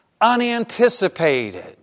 Unanticipated